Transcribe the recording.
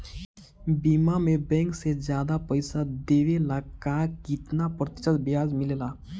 बीमा में बैंक से ज्यादा पइसा देवेला का कितना प्रतिशत ब्याज मिलेला?